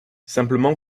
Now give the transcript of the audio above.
simplement